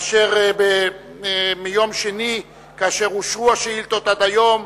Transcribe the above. אשר מיום שני, כאשר אושרו השאילתות, עד היום,